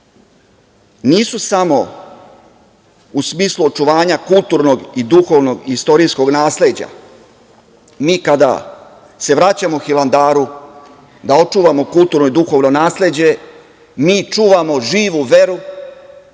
nisu samo u smislu očuvanja kulturnog i duhovnog i istorijskog nasleđa. Mi kada se vraćamo Hilandaru, da očuvamo kulturno i duhovno nasleđe, mi čuvamo živu veru